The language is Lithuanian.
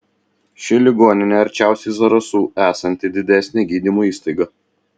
ši ligoninė arčiausiai zarasų esanti didesnė gydymo įstaiga